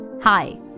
Hi